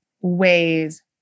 ways